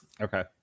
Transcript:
Okay